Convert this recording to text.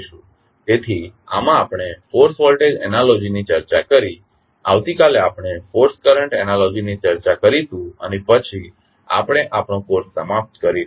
તેથી આમાં આપણે ફોર્સ વોલ્ટેજ એનાલોજી ની ચર્ચા કરી આવતીકાલે આપણે ફોર્સ કરંટ એનાલોજી ની ચર્ચા કરીશું અને પછી આપણે આપણો કોર્સ સમાપ્ત કરીશું